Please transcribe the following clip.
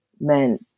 men